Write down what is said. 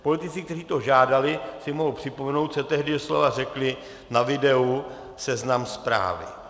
Politici, kteří to žádali, si mohou připomenout, co tehdy doslova řekli na videu Seznam Zprávy.